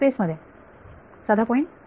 space मध्ये साधा point